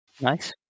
Nice